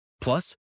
Plus